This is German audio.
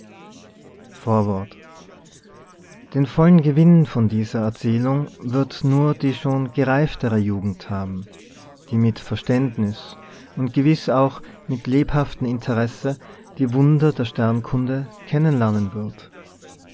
vorwort den vollen gewinn von dieser erzählung wird nur die schon gereiftere jugend haben die mit verständnis und gewiß auch mit lebhaftem interesse die wunder der sternkunde kennen lernen wird